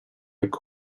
jak